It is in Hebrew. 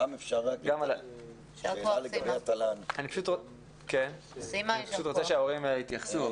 רם, לגבי התל"ן, שאלה באמת קצרה.